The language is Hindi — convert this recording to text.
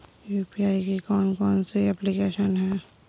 यू.पी.आई की कौन कौन सी एप्लिकेशन हैं?